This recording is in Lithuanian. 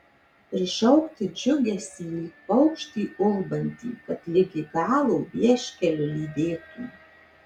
prišaukti džiugesį lyg paukštį ulbantį kad ligi galo vieškeliu lydėtų